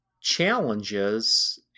challenges